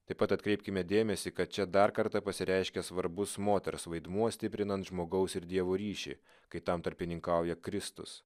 taip pat atkreipkime dėmesį kad čia dar kartą pasireiškia svarbus moters vaidmuo stiprinant žmogaus ir dievo ryšį kai tam tarpininkauja kristus